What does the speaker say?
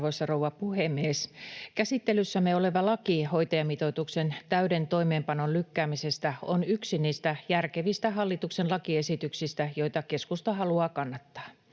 Arvoisa rouva puhemies! Käsittelyssämme oleva laki hoitajamitoituksen täyden toimeenpanon lykkäämisestä on yksi niistä järkevistä hallituksen lakiesityksistä, joita keskusta haluaa kannattaa.